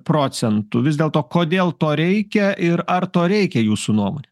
procentų vis dėlto kodėl to reikia ir ar to reikia jūsų nuomone